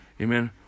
amen